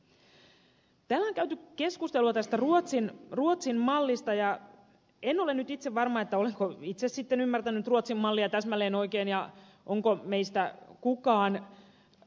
täällä on käyty keskustelua tästä ruotsin mallista ja en ole nyt varma olenko itse sitten ymmärtänyt ruotsin mallia täsmälleen oikein ja onko meistä kukaan ihan tismallisesti